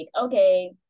okay